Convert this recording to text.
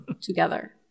together